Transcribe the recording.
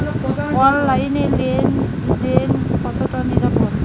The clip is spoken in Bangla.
অনলাইনে লেন দেন কতটা নিরাপদ?